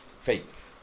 Faith